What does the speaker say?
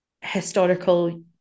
historical